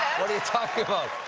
what are talking about?